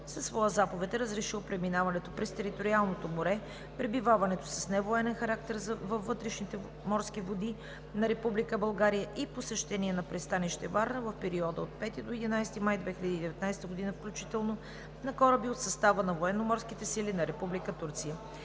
със своя заповед е разрешил преминаването през териториалното море, пребиваването с невоенен характер във вътрешните морски води на Република България и посещение на пристанище Варна в периода от 5 до 11 май 2019 г. включително на кораби от състава на Военноморските сили на